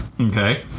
Okay